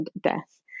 death